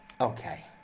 okay